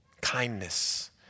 Kindness